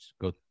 go